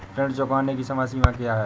ऋण चुकाने की समय सीमा क्या है?